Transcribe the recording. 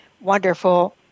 wonderful